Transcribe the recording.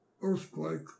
earthquake